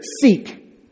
seek